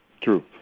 True